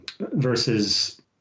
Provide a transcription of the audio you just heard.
versus